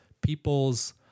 people's